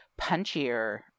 punchier